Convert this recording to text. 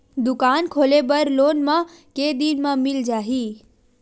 दुकान खोले बर लोन मा के दिन मा मिल जाही?